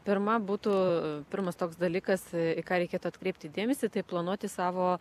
pirma būtų pirmas toks dalykas ką reikėtų atkreipti dėmesį tai planuoti savo